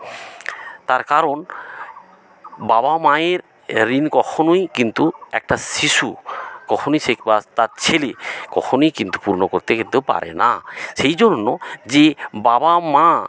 তার কারণ বাবা মায়ের ঋণ কখনোই কিন্তু একটা শিশু কখনোই সে বা তার ছেলে কখনোই কিন্তু পূর্ণ করতে কিন্তু পারে না সেই জন্য যে বাবা মা